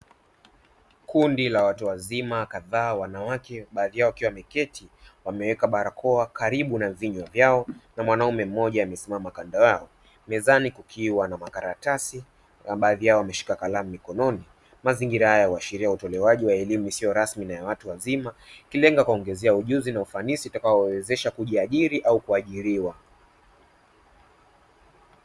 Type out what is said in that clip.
Kundi la watu wazima kadhaa mwanaume baadhi yao wakiwa wameketi wameweka barakoa karibu na vinywa vyao na mwanaume mmoja amesimama kando yao mezani kukiwa na makaratasi na baadhi yao wameshika kalamu mkononi, mazingira haya huashiria utolewaji wa elimu isiyo rasmi na watu wazima ikilenga kuwaongezea ujuzi na ufanisi utakaowawezesha kujiajiri au kuajiriwa.